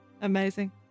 Amazing